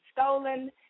stolen